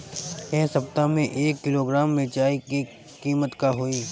एह सप्ताह मे एक किलोग्राम मिरचाई के किमत का होई?